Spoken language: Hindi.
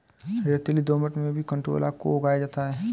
रेतीली दोमट में भी कंटोला को उगाया जाता है